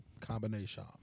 Combination